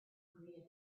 greeted